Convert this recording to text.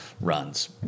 runs